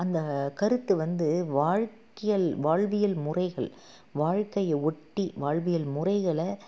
அந்த கருத்து வந்து வாழ்க்கையல் வாழ்வியல் முறைகள் வாழ்க்கையை ஒட்டி வாழ்வியல் முறைகளை